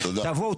תבואו,